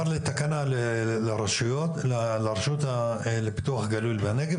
תקנה לרשות לפיתוח הגליל והנגב,